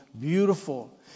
beautiful